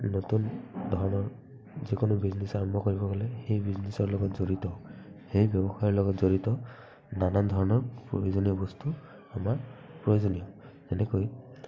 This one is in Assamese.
নতুন ধৰণৰ যিকোনো বিজনেচ আৰম্ভ কৰিব গ'লে সেই বিজনেচৰ লগত জড়িত সেই ব্যৱসায়ৰ লগত জড়িত নানান ধৰণৰ প্ৰয়োজনীয় বস্তু আমাৰ প্ৰয়োজনীয় যেনেকৈ